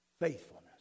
faithfulness